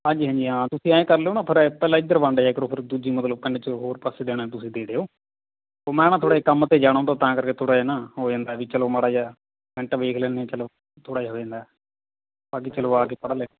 ਹਾਂਜੀ ਹਾਂਜੀ ਹਾਂ ਤੁਸੀਂ ਆਂਏਂ ਕਰ ਲਿਓ ਨਾ ਫੇਰ ਪਹਿਲਾਂ ਇੱਧਰ ਵੰਡ ਜਾਇਆ ਕਰੋ ਫੇਰ ਦੂਜੀ ਮਤਲਬ ਪਿੰਡ 'ਚ ਹੋਰ ਪਾਸੇ ਦੇਣਾ ਤੁਸੀਂ ਦੇ ਦਿਓ ਉਹ ਮੈਂ ਨਾ ਥੋੜ੍ਹਾ ਜਿਹਾ ਕੰਮ 'ਤੇ ਜਾਣਾ ਹੁੰਦਾ ਤਾਂ ਕਰਕੇ ਥੋੜ੍ਹਾ ਜਿਹਾ ਨਾ ਹੋ ਜਾਂਦਾ ਵੀ ਚਲੋ ਮਾੜਾ ਜਿਹਾ ਫਰੰਟ ਵੇਖ ਲੈਂਦੇ ਹੈ ਚਲੋ ਥੋੜ੍ਹਾ ਜਿਹਾ ਹੋ ਜਾਂਦਾ ਬਾਕੀ ਚਲੋ ਆ ਕੇ ਪੜ੍ਹ ਲਿਆ